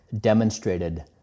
demonstrated